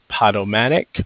Podomatic